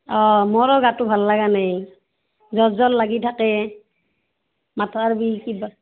অঁ মোৰো গাটো ভাল লগা নাই জ্বৰ জ্বৰ লাগি থাকে মাথাৰ বিষ কিবা